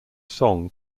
song